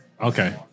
Okay